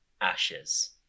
ashes